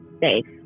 safe